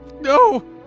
No